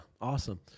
Awesome